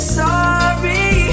sorry